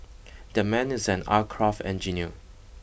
that man is an aircraft engineer